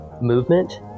movement